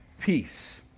peace